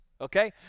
Okay